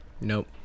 Nope